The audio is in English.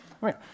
Right